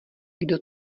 kdo